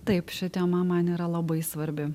taip šia tema man yra labai svarbi